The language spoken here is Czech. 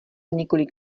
několik